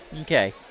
Okay